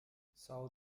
são